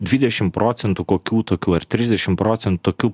dvidešim procentų kokių tokių ar trisdešim procen tokių